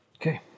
okay